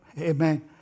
Amen